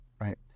Right